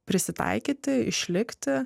prisitaikyti išlikti